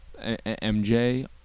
MJ